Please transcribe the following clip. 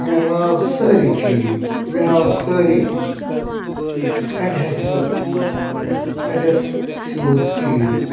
مےٚ ہاو سٲری چیٖز مےٚ ہاو سٲری اٮ۪ڈہیسِو اٮ۪ڈہیسِوٕز چیٖز